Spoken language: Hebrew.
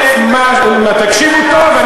תקשיב טוב.